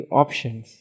options